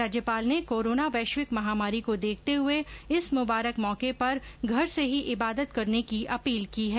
राज्यपाल ने कोरोना वैश्विक महामारी को देखते हुए इस मुबारक मौके पर घर से ही इबादत करने की अपील की है